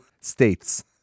states